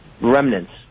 remnants